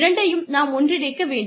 இரண்டையும் நாம் ஒன்றிணைக்க வேண்டும்